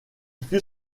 fut